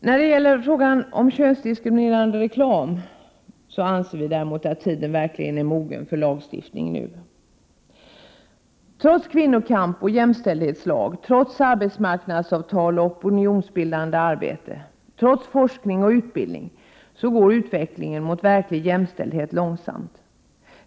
När det gäller frågan om könsdiskriminerande reklam är tiden nu verkligen mogen för lagstiftning. Trots kvinnokamp och jämställdhetslag, trots arbetsmarknadsavtal och opinionsbildande arbete, trots forskning och utbildning, går utvecklingen mot verklig jämställdhet långsamt.